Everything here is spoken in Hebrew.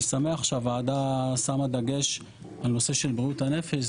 שמח שהוועדה שמה דגש על נושא של בריאות הנפש,